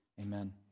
Amen